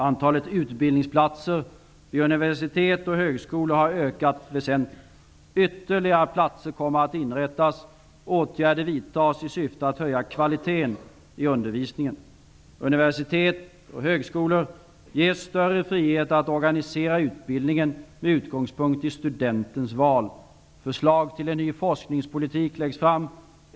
Antalet utbildningsplatser vid universitet och högskolor har ökat väsentligt. Ytterligare platser kommer att inrättas. Åtgärder vidtas i syfte att höja kvaliteten i undervisningen. Universiteten och högskolorna ges större frihet att organisera utbildningen med utgångspunkt i studenternas val. Förslag till en ny forkningspolitik läggs fram.